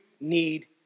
need